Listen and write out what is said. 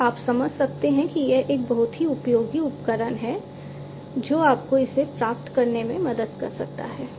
तो अब आप समझ सकते हैं कि यह एक बहुत ही उपयोगी उपकरण है जो आपको इसे प्राप्त करने में मदद कर सकता है